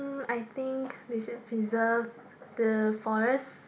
I think they should preserve the forest